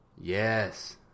yes